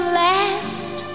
last